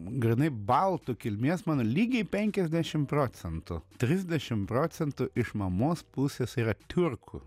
grynai baltų kilmės mano lygiai penkiasdešim procentų trisdešim procentų iš mamos pusės yra tiurkų